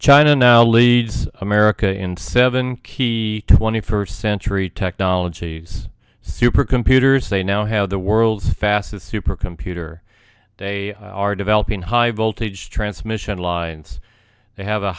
china now leads america in seven key twenty first century technologies supercomputers they now have the world's fastest supercomputer they are developing high voltage transmission lines they have a